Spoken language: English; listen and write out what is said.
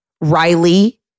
Riley